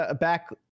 back